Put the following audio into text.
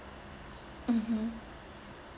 mmhmm